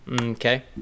okay